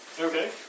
Okay